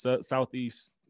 Southeast